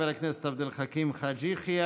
תודה, חבר הכנסת עבד אל חכים חאג' יחיא.